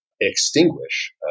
extinguish